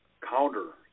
counter